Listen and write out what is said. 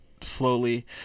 slowly